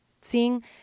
seeing